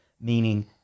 meaning